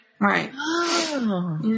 Right